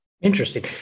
Interesting